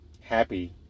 happy